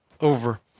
over